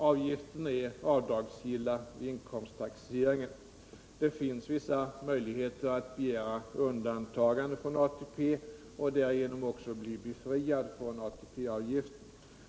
Avgifterna är avdragsgilla vid inkomsttaxeringen. Det finns vissa möjligheter att begära undantagande från ATP och därigenom också bli befriad från ATP-avgiften.